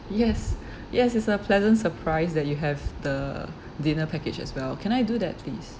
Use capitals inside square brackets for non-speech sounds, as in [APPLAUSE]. yes [BREATH] yes it's a pleasant surprise that you have the dinner package as well can I do that please